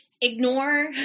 Ignore